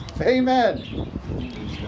Amen